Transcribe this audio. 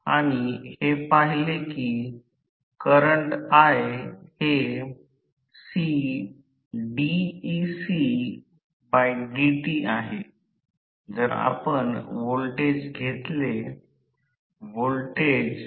म्हणून या प्रकरणात असे म्हटले जाते की ते प्रेरण मोटर सारखे दिसते ज्यात शिडी संलग्न आहे स्वतःच एक स्क्विरल केज तयार करते आणि फिरणारे चुंबक बदलले जाते फिरणारे चुंबकीय क्षेत्र तयार करते